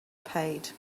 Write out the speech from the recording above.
paid